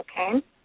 okay